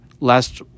last